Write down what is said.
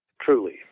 truly